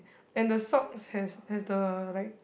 and the socks has has the like